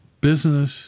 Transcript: business